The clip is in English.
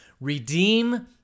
Redeem